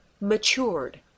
matured